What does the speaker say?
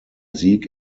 sieg